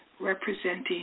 representing